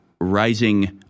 rising